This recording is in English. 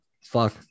Fuck